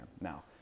Now